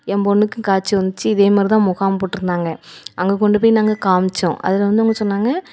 M பொண்ணுக்கு காச்சல் வந்துடுச்சி இதேமாதிரி தான் முகாம் போட்டுருந்தாங்க அங்கே கொண்டு போய் நாங்கள் காம்மிச்சோம் அதில் வந்து அவங்க சொன்னாங்க